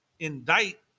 indict